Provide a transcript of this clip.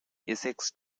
essex